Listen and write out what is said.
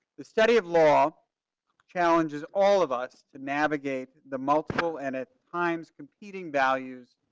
the study of law challenges all of us to navigate the multiple and at times competing values,